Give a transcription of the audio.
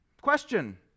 Question